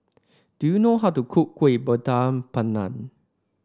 do you know how to cook Kuih Bakar Pandan